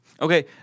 Okay